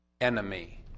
enemy